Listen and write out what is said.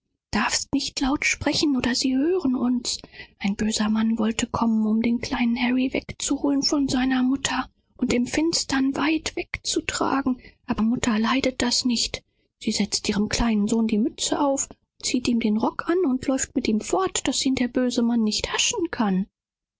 mußt nicht laut sprechen oder sie hören uns ein böser mann ist gekommen um den kleinen harry seiner mutter wegzunehmen und im dunkeln fortzutragen mutter aber will ihn nicht lassen mutter will ihrem kleinen harry das röckchen anziehen und die mütze aufsetzen und mit ihm davon laufen so daß der böse mann ihn nicht fangen kann